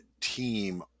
team